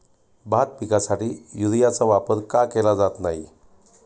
भात पिकासाठी युरियाचा वापर का केला जात नाही?